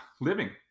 Living